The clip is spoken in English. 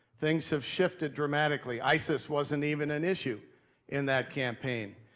things have shifted dramatically. isis wasn't even an issue in that campaign.